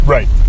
Right